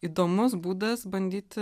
įdomus būdas bandyti